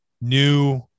new